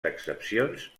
excepcions